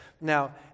Now